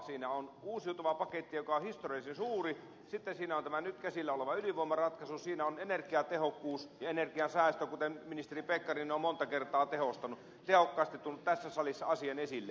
siinä on uusiutuvan paketti joka on historiallisen suuri sitten siinä on tämä nyt käsillä oleva ydinvoimaratkaisu siinä on energiatehokkuus ja energiansäästö kuten ministeri pekkarinen on monta kertaa tehokkaasti tuonut tässä salissa asian esille